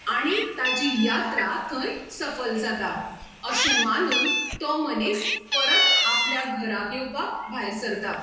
आनी ताची यात्रा थंय सफल जाता अशें मानून तो मनीस परत आपल्या घराक येवपाक भायर सरता